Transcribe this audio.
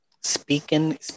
speaking